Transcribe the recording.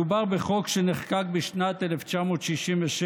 מדובר בחוק שנחקק בשנת 1967,